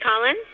Colin